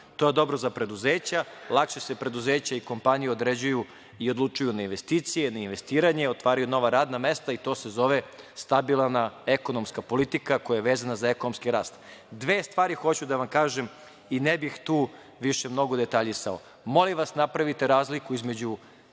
to je dobro za preduzeća. Lakše se preduzeća i kompanije određuju i odlučuju na investicije, investiranje, otvaraju nova radna mesta i to se zove stabilna ekonomska politika, koja je vezana za ekonomski rast. Dve stvari hoću da vam kažem i ne bih tu mnogo više detaljisao. Molim vas, napravite razliku između